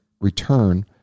return